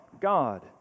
God